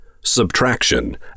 Subtraction